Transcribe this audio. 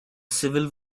civil